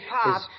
Pop